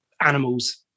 animals